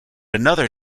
another